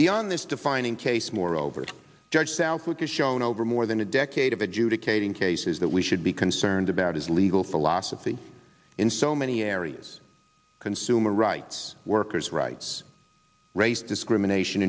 beyond this defining case moreover judge southwick has shown over more than a decade of adjudicating cases that we should be concerned about his legal philosophy in so many areas consumer rights workers rights race discrimination